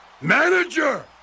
Manager